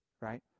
right